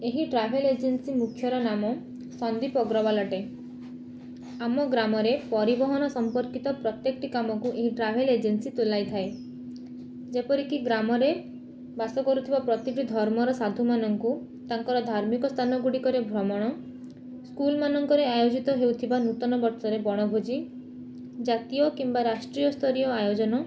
ଏହି travel agency ମୁଖ୍ୟର ନାମ ସନ୍ଦିପ୍ ଅଗ୍ରବାଲ୍ ଅଟେ ଆମ ଗ୍ରାମରେ ପରିବହନ ସମ୍ପକିର୍ତ ପ୍ରତ୍ୟେକଟି କାମକୁ ଏହି ଟ୍ରାଭେଲ ଏଜେନ୍ସି ତୁଲାଇ ଥାଏ ଯେପରିକି ଗ୍ରାମରେ ବାସ କରୁଥିବା ପ୍ରତିଟି ଧର୍ମର ସାଧୁମାନଙ୍କୁ ତାଙ୍କର ଧାର୍ମିକ ସ୍ଥାନ ଗୁଡି଼କରେ ଭ୍ରମଣ ସ୍କୁଲ ମାନଙ୍କରେ ଆୟୋଜିତ ହେଉଥିବା ନୂତନ ବର୍ଷରେ ବଣଭୋଜି ଜାତୀୟ କିମ୍ବା ରାଷ୍ଟୀୟ ସ୍ତରୀୟ ଆୟୋଜନ